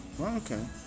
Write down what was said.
Okay